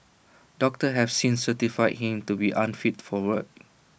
doctors have since certified him to be unfit for work